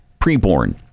Preborn